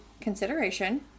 consideration